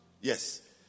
Yes